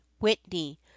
Whitney